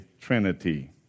trinity